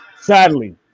Sadly